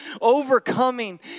overcoming